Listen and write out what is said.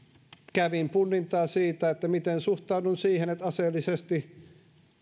kävin punnintaa siitä miten suhtaudun siihen että aseellisesti